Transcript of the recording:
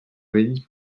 vells